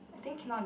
I think cannot